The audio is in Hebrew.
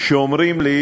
שאומרים לי: